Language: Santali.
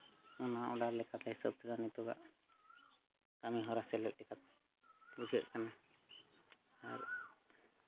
ᱚᱱᱟ ᱚᱰᱟᱨ ᱞᱮᱠᱟᱛᱮ ᱦᱤᱥᱟᱹᱵ ᱛᱮᱫᱚ ᱱᱤᱛᱚᱜ ᱟᱜ ᱠᱟᱹᱢᱤ ᱦᱚᱨᱟ ᱥᱮᱞᱮᱫ ᱞᱮᱠᱟᱛᱮ ᱵᱩᱡᱷᱟᱹᱜ ᱠᱟᱱᱟ ᱟᱨ